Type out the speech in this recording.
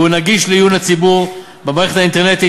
והוא נגיש לעיון הציבור במערכת אינטרנטית